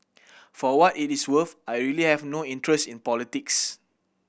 for what it is worth I really have no interest in politics